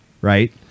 Right